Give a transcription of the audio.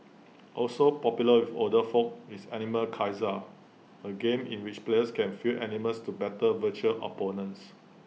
also popular with older folk is animal Kaiser A game in which players can field animals to battle virtual opponents